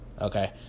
okay